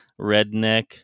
redneck